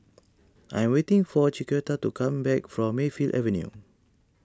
I'm waiting for Chiquita to come back from Mayfield Avenue